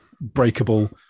breakable